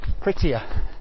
prettier